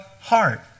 heart